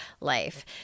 life